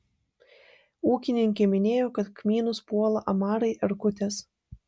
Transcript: ūkininkė minėjo kad kmynus puola amarai erkutės